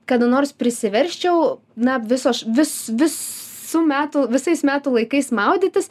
kada nors prisiversčiau na visoš vis visų metų visais metų laikais maudytis